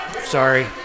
Sorry